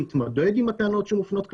להתמודד עם הטענות שמופנות כלפיו,